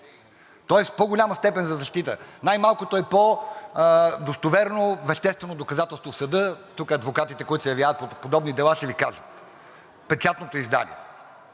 тоест с по-голяма степен за защита. Най малкото е по-достоверно, веществено доказателство в съда, тук адвокатите, които се явяват по подобни дела, ще Ви кажат – печатното издание.